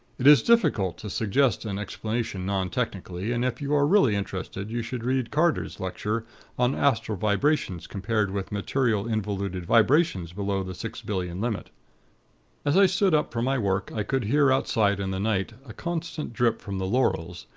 it is difficult to suggest an explanation non-technically, and if you are really interested you should read carder's lecture on astral vibrations compared with matero-involuted vibrations below the six-billion limit as i stood up from my work, i could hear outside in the night a constant drip from the laurels,